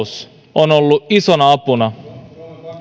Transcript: että maailmantalous on ollut isona apuna